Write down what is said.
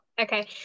Okay